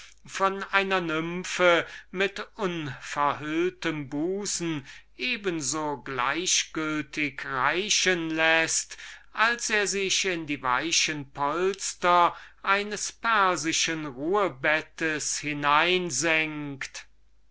von einer jungen circasserin mit unverhülltem busen eben so gleichgültig reichen läßt als er sich in die weichen polster eines persischen ruhebettes